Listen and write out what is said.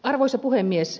arvoisa puhemies